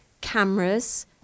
cameras